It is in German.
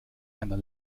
einer